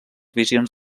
visions